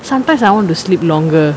sometimes I want to sleep longer